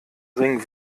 ring